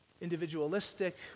Individualistic